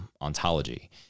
ontology